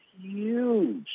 huge